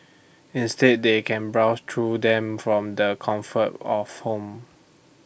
instead they can browse through them from the comfort of home